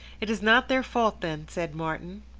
it is not their fault then, said martin.